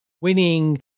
winning